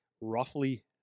roughly